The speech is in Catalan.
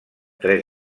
tres